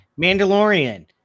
Mandalorian